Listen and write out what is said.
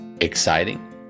exciting